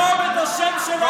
תרשום את השם שלהם.